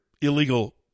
illegal